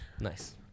nice